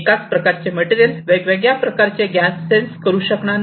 एकच प्रकारचे मटेरियल वेगवेगळ्या प्रकारचे गॅस सेन्स करू शकणार नाही